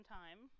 time